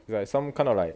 you like some kind of like